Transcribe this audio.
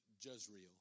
Jezreel